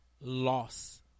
loss